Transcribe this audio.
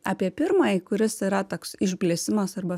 apie pirmąjį kuris yra toks išblėsimas arba